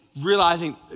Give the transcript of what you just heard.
realizing